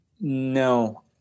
No